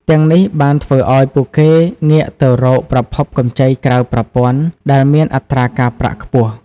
ទាំងនេះបានធ្វើឱ្យពួកគេងាកទៅរកប្រភពកម្ចីក្រៅប្រព័ន្ធដែលមានអត្រាការប្រាក់ខ្ពស់ ។